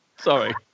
Sorry